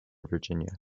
virginia